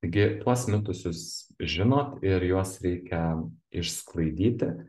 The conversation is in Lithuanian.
taigi tuos mitus jūs žinot ir juos reikia išsklaidyti